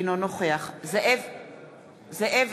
אינו נוכח זאב אלקין,